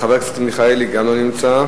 חבר הכנסת מיכאלי, גם לא נמצא.